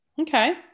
Okay